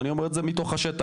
ואני אומר את זה מתוך השטח.